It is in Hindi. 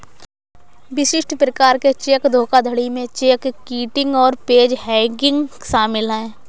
विशिष्ट प्रकार के चेक धोखाधड़ी में चेक किटिंग और पेज हैंगिंग शामिल हैं